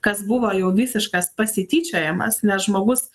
kas buvo jau visiškas pasityčiojimas nes žmogus